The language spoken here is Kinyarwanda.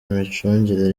imicungire